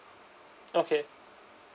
okay